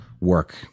work